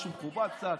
משהו מכובד קצת,